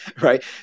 right